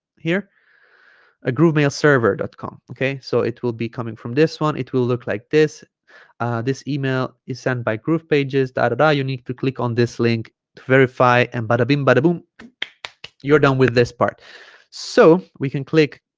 here a groovemailserver dot com okay so it will be coming from this one it will look like this ah this email is sent by groovepages da da you need to click on this link to verify and but i mean but um you're done with this part so we can click